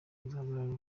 kuzahagararira